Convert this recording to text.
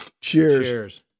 Cheers